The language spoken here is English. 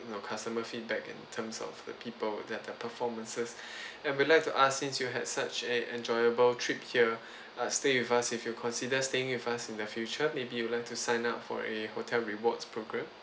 you know customer feedback in terms of the people that their performances and would like to ask since you had such an enjoyable trip here uh stay with us if you consider staying with us in the future maybe you would like to sign up for a hotel rewards program